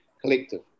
collective